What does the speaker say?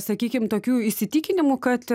sakykim tokių įsitikinimų kad